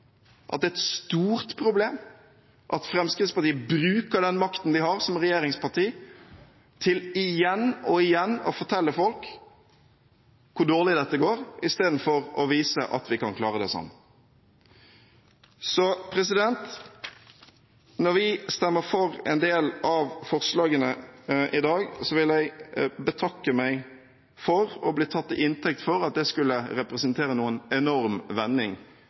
at det er et stort problem at Fremskrittspartiet bruker den makten de har som regjeringsparti, til igjen og igjen å fortelle folk hvor dårlig dette går, istedenfor å vise at vi kan klare det sammen. Så når vi stemmer for en del av forslagene i dag, vil jeg betakke meg for å bli tatt til inntekt for at det skulle representere noen enorm vending